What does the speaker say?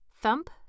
thump